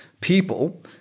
people